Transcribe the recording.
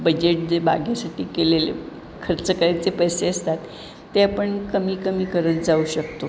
budget जे बागेसाठी केलेले खर्च करायचे पैसे असतात ते आपण कमी कमी करत जाऊ शकतो